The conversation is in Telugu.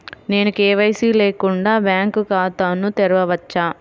నేను కే.వై.సి లేకుండా బ్యాంక్ ఖాతాను తెరవవచ్చా?